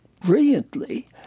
brilliantly